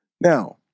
Now